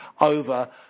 over